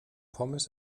pommes